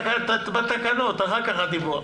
בתקנות, אחר כך הדיווח.